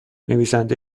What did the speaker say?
نویسنده